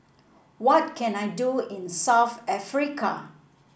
what can I do in South Africa